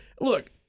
look